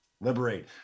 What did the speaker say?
liberate